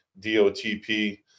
DOTP